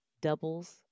doubles